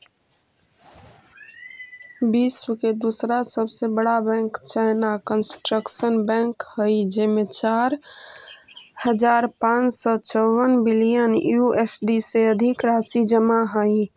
विश्व के दूसरा सबसे बड़ा बैंक चाइना कंस्ट्रक्शन बैंक हइ जेमें चार हज़ार पाँच सौ चउवन बिलियन यू.एस.डी से अधिक राशि जमा हइ